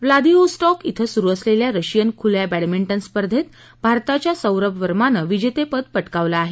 Vladivostok इथं सुरु असलेल्या रशियन खुल्या बॅडमिंटन स्पर्धेत भारताच्या सौरभ वर्मानं विजेतेपद पटकावलं आहे